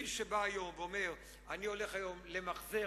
מי שבא היום ואומר: אני הולך היום למחזר